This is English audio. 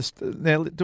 Now